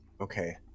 Okay